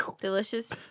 Delicious